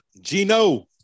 Gino